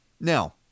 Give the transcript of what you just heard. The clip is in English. Now